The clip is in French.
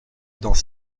dans